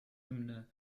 hymne